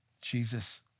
Jesus